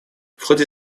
ходе